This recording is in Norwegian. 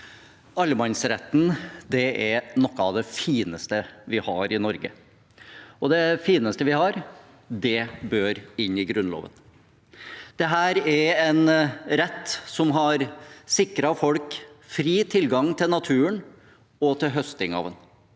Allemannsretten er noe av det fineste vi har i Norge. Det fineste vi har, bør inn i Grunnloven. Dette er en rett som har sikret folk fri tilgang til naturen og til høsting av